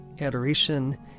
adoration